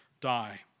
die